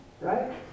right